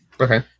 Okay